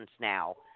now